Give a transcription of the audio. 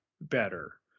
better